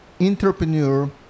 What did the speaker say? entrepreneur